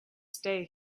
stay